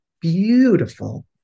beautiful